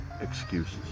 excuses